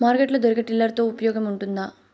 Market లో దొరికే tiller తో ఉపయోగం ఉంటుందా?